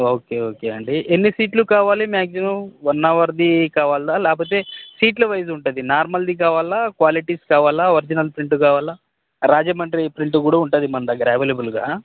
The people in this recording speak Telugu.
ఓకే ఓకే అండి ఎన్ని షీట్లు కావాలి మ్యాక్సిమమ్ వన్ అవర్ది కావాలా లేకపోతే షీట్ల వైజ్ ఉంటుంది నార్మల్ది కావాలా క్వాలిటీస్ కావాలా ఒరిజినల్ ప్రింట్ కావాలా రాజమండ్రి ప్రింట్ కూడా ఉంటుంది మన దగ్గర అవైలబుల్గా